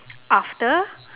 after